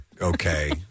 okay